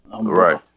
Right